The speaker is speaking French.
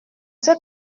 ces